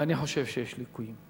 ואני חושב שיש ליקויים.